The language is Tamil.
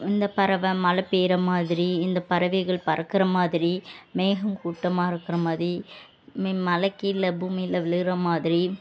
இந்த பறவை மழை பெய்யிற மாதிரி இந்த பறவைகள் பறக்கிற மாதிரி மேகம் கூட்டமாக இருக்கிற மாதிரி மழை கீழே பூமியில் விழுகிற மாதிரி